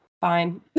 Fine